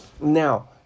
Now